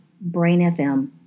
Brain.FM